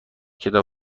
کتاب